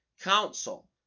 council